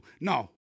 No